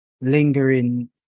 lingering